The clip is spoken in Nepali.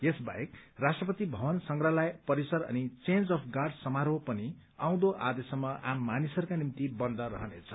यस बाहेक राष्ट्रपति भवन संग्रहालय परिसर अनि चेन्ज अफ् गार्ड समारोह पनि आउँदो आदेशसम्म आम मानिसहरूको निम्ति बन्द रहनेछ